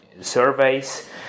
surveys